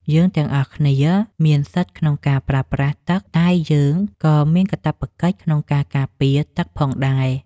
យើងទាំងអស់គ្នាមានសិទ្ធិក្នុងការប្រើប្រាស់ទឹកតែយើងក៏មានកាតព្វកិច្ចក្នុងការការពារទឹកផងដែរ។